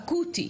אקוטי,